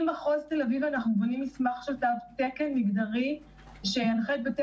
יחד עם מחוז תל אביב אנחנו בונים מסמך של תו תקן מגדרי שינחה את בתי